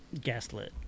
Gaslit